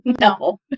No